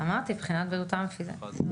לגבי בחינת בריאותם הפיסית והנפשית של עצורים